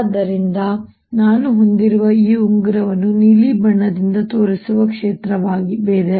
ಆದ್ದರಿಂದ ನಾನು ಹೊಂದಿರುವ ಈ ಉಂಗುರವನ್ನು ನೀಲಿ ಬಣ್ಣದಿಂದ ತೋರಿಸಿರುವ ಕ್ಷೇತ್ರವಿದೆ